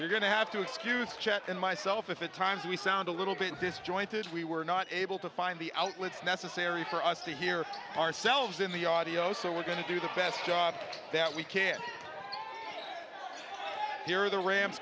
you're going to have to excuse check on myself if it times we sound a little bit this jointed we were not able to find the outlets necessary for us to hear ourselves in the audio so we're going to do the best job that we can hear the rams